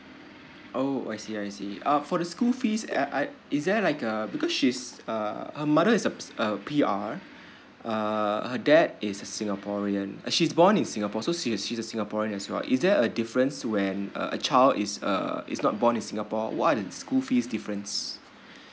oh I see I see uh for the school fees at I is there like a because she's uh her mother is a uh P_R uh her dad is a singaporean uh she's born in singapore so she's she's a singaporean as well is there a difference when a a child is uh is not born in singapore what are the school fees difference